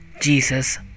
Jesus